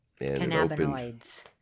Cannabinoids